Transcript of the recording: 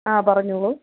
ആ പറഞ്ഞോളൂ